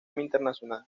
internacional